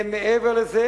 זה מעבר לזה,